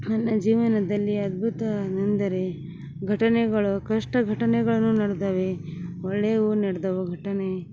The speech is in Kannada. ನನ್ನ ಜೀವನದಲ್ಲಿ ಅದ್ಭುತ ಎಂದರೆ ಘಟನೆಗಳು ಕಷ್ಟ ಘಟನೆಗಳನ್ನು ನಡ್ದಾವೆ ಒಳ್ಳೆಯವು ನಡ್ದವು ಘಟನೆ